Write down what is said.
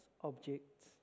objects